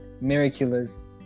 Miraculous